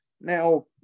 Now